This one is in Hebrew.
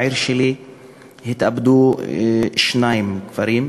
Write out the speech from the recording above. בעיר שלי התאבדו שני גברים,